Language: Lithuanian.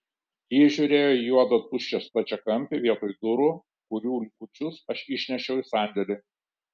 ji žiūrėjo į juodą tuščią stačiakampį vietoj durų kurių likučius aš išnešiau į sandėlį